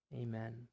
amen